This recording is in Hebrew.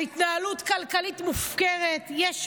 על התנהלות כלכלית מופקרת יש מחיר.